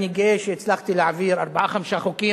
אני גאה שהצלחתי להעביר ארבעה-חמישה חוקים.